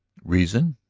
reason?